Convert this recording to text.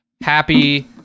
happy